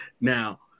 Now